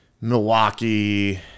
Milwaukee